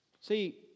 See